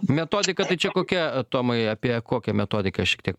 metodika tai čia kokia tomai apie kokią metodiką šiek tiek